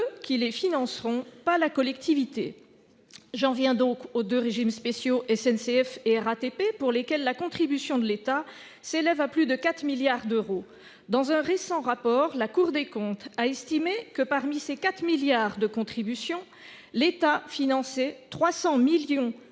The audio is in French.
qui les financeront. Pas la collectivité ». J'en viens donc aux deux régimes spéciaux de la SNCF et de la RATP, pour lesquels la contribution de l'État s'élève à plus de 4 milliards d'euros. Dans un récent rapport, la Cour des comptes a estimé que, sur ce total de 4 milliards d'euros, l'État finançait 300 millions d'euros